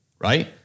right